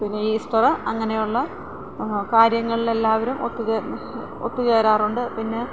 പിന്നെ ഈസ്റ്ററ് അങ്ങനെയുള്ള കാര്യങ്ങളിൽ എല്ലാവരും ഒത്തുചേരാറുണ്ട് പിന്നെ